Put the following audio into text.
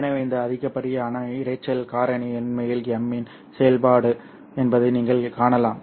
எனவே இந்த அதிகப்படியான இரைச்சல் காரணி உண்மையில் M இன் செயல்பாடு என்பதை நீங்கள் காணலாம்